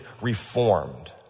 reformed